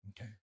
okay